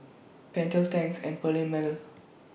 Pentel Tangs and Perllini Mel